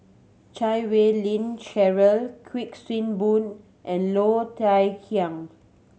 Chan Wei Ling Cheryl Kuik Swee Boon and Low Thia Khiang